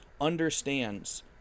understands